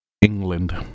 England